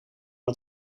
het